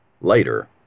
later